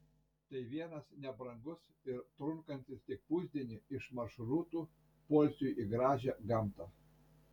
tai vienas nebrangus ir trunkantis tik pusdienį iš maršrutų poilsiui į gražią gamtą